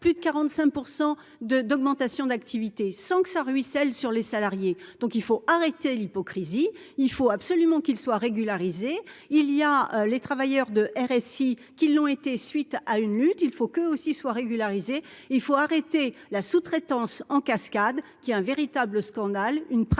plus de 45 de d'augmentation d'activité sans que ça ruisselle sur les salariés, donc il faut arrêter l'hypocrisie, il faut absolument qu'ils soient régularisés, il y a les travailleurs de RSI, qui l'ont été suite à une lutte, il faut que aussi soient régularisés, il faut arrêter la sous-traitance en cascade, qui est un véritable scandale, une pratique